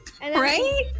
Right